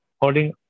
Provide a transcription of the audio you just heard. Holding